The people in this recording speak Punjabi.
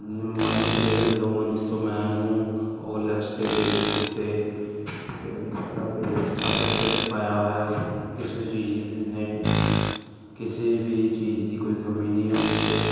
ਮੰਥ ਡੇਢ ਦੋ ਮੰਥ ਤੋਂ ਮੈਂ ਉਹਨੂੰ ਓਲੈਕਸ 'ਤੇ ਫੇਸਬੁੱਕ 'ਤੇ ਇੰਸਟਾ 'ਤੇ ਅਦਰ 'ਤੇ ਵੀ ਪਾਇਆ ਹੋਇਆ ਵਾ ਕਿਸੇ ਚੀਜ਼ ਨੇ ਕਿਸੇ ਵੀ ਚੀਜ਼ ਦੀ ਕੋਈ ਕਮੀ ਨਹੀਂ ਹੈ ਉਸ 'ਤੇ